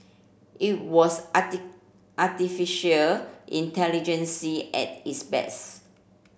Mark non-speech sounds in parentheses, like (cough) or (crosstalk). it was (unintelligible) artificial intelligence at its best